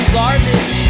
garbage